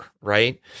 right